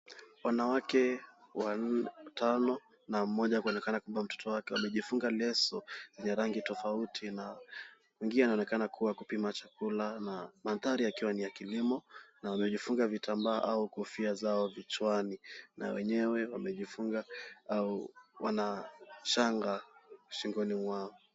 Wanawake watano na mmoja akionekana kama mtoto wake wamejifunga leso ya rangi tofauti na mwingine anaonekana akipima chakula na mandhari ya kilimo na wamejifunga kitambaa au kofia zao kichwani na wenyewe wamejifunga au wana shanga shingoni mwao.